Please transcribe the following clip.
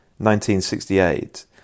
1968